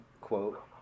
quote